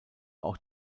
auch